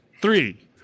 three